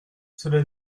cela